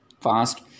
fast